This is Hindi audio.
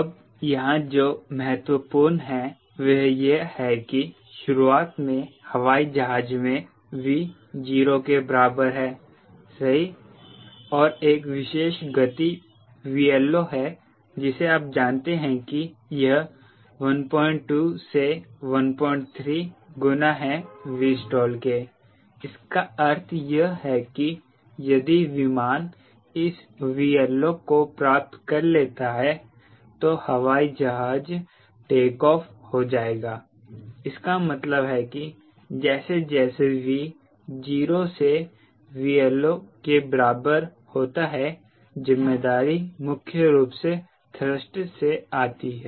अब यहाँ जो महत्वपूर्ण है वह यह है कि शुरुआत में हवाई जहाज में V 0 के बराबर है सही और एक विशेष गति 𝑉LO है जिसे आप जानते हैं कि यह 12 से 13 गुना है Vstall के इस का अर्थ यह है कि यदि विमान इस 𝑉LO को प्राप्त कर लेता है तो हवाई जहाज टेक ऑफ हो जाएगा इसका मतलब है कि जैसे जैसे V 0 से 𝑉LO के बराबर होता है जिम्मेदारी मुख्य रूप से थ्रस्ट से आती है